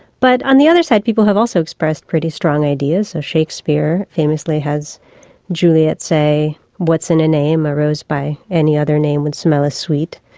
but on the other side people have also expressed pretty strong ideas. so shakespeare famously has juliet say what's in a name, a rose by any other name would smell as sweet.